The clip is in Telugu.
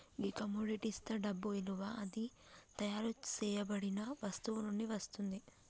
గీ కమొడిటిస్తా డబ్బు ఇలువ అది తయారు సేయబడిన వస్తువు నుండి వస్తుంది